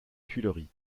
tuileries